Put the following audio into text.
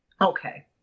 Okay